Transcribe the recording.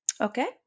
Okay